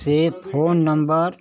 से phone number